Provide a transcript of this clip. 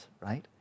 right